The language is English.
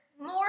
more